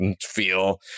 feel